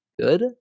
good